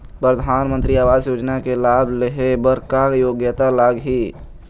परधानमंतरी आवास योजना के लाभ ले हे बर का योग्यता लाग ही?